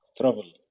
trouble